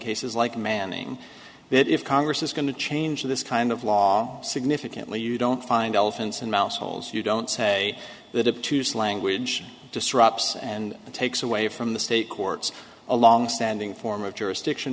cases like manning that if congress is going to change this kind of law significantly you don't find elephants in mouse holes you don't say that have to use language disrupts and it takes away from the state courts a longstanding form of jurisdiction